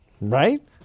Right